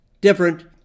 different